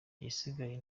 igisigaye